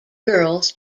girls